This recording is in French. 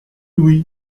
oui